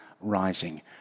rising